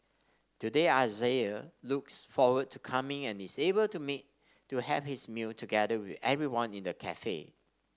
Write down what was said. today Isaiah looks forward to coming and is able to meet to have his meal together with everyone in the cafe